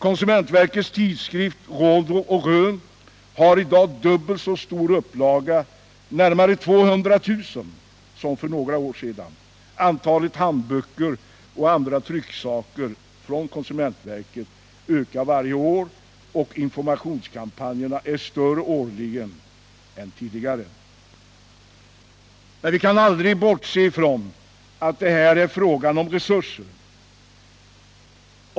Konsumentverkets tidskrift Råd och Rön har i dag dubbelt så stor upplaga — närmare 200 000 —- som för några år sedan. Antalet handböcker och andra trycksaker från konsumentverket ökar varje år, och informationskampanjerna är årligen större än tidigare. Men vi kan aldrig bortse från att det här är fråga om resurser.